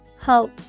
Hope